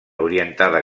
orientada